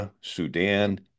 Sudan